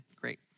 Great